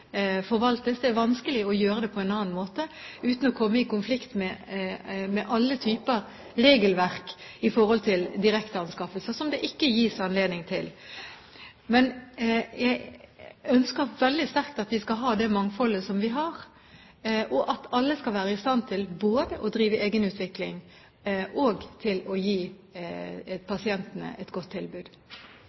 forvaltes. Det er vanskelig å gjøre det på en annen måte uten å komme i konflikt med alle typer regelverk i forhold til direkteanskaffelse; det gis det ikke anledning til. Jeg ønsker veldig sterkt at vi skal ha det mangfoldet som vi har, og at alle skal være i stand til både å drive egenutvikling og å gi pasientene et godt tilbud.